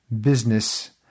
business